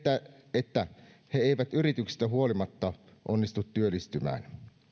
että he eivät yrityksistä huolimatta onnistu työllistymään